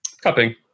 Cupping